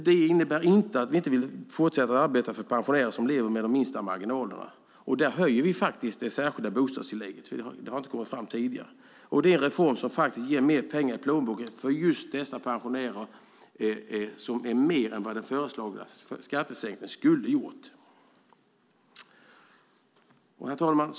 Det här innebär inte att vi inte vill fortsätta att arbeta för pensionärer som lever med de minsta marginalerna. Vi höjer faktiskt det särskilda bostadstillägget. Det har inte framkommit tidigare. Det är en reform som faktiskt ger mer pengar i plånboken för just de pensionärerna, vilket är mer än vad den föreslagna skattesänkningen skulle ha gjort. Herr talman!